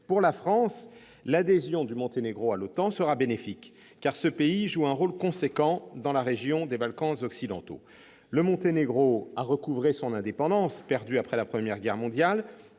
Pour la France, l'adhésion du Monténégro à l'OTAN sera bénéfique, car ce pays joue un rôle important dans la région des Balkans occidentaux. Le Monténégro a recouvré son indépendance, perdue après la Première Guerre mondiale,